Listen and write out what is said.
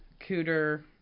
Cooter